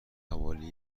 حوالی